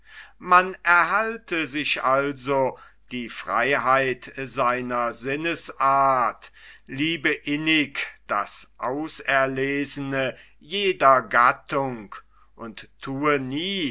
man erhalte sich also die freiheit seiner sinnesart liebe innig das auserlesene jeder gattung und thue nie